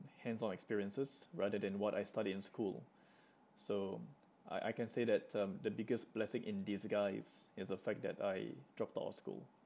hands-on experiences rather than what I studied in school so I I can say that um the biggest blessing in disguise is the fact that I dropped out of school